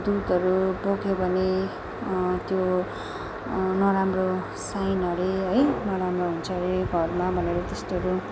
दुधहरू पोख्यो भने त्यो नराम्रो साइन अरे है नराम्रो हुन्छ हरे घरमा भनेर त्यस्तोहरू